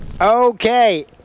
Okay